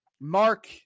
Mark